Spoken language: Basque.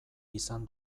izan